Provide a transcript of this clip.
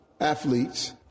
athletes